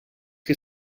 que